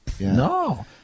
no